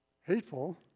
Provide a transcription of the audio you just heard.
hateful